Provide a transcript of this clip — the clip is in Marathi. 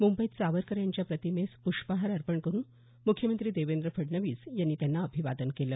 मुंबईत सावरकर यांच्या प्रतिमेस प्ष्पहार अर्पण करून मुख्यमंत्री देवेंद्र फडणवीस यांनी अभिवादन केलं